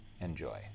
Enjoy